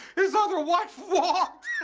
his other wife walked